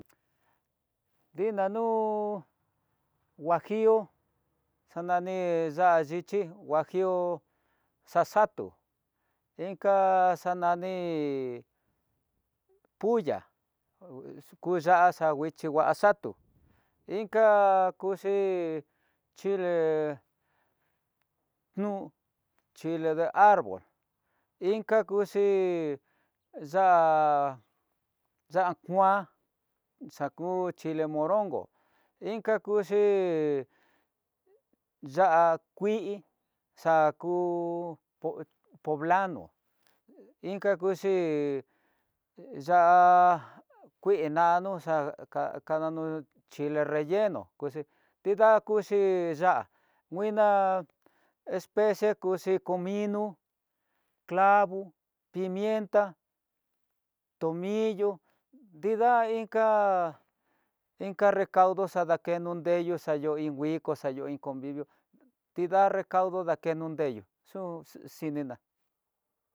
Dina núu huajillo, xanani ya'á ichi huajillo xaxatu, inka xanani pulla, ku ya'á nguichi ngua xatu, inka kuxhii chile chile de arbol inka kuxhii ya'á ya'á kuan, naku chile moronko inka kuxhi ya'á kuii, xa ku poblano inka kuxhii ya'á kuii nano ya'á kadano chile relleno, kuxhi nida kuxhi ya'á nguina kuxhi especie kuxhi comino, clavo, pimienta, tomillo, nrfida inka nrekaudo xadakeno nreyo ayo iin nguiko xadió iin convivió nrida recaudo dakeno neyu xun xininá.